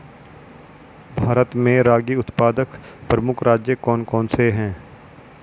भारत में रागी उत्पादक प्रमुख राज्य कौन कौन से हैं?